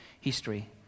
history